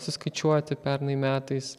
suskaičiuoti pernai metais